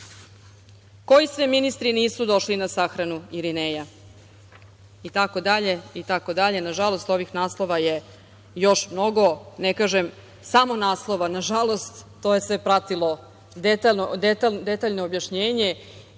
„Koji sve ministri nisu došli na sahranu Irineja“, itd. Nažalost, ovih naslova je još mnogo. Ne kažem, samo naslova, nažalost to je sve pratilo detaljno objašnjenje. Svi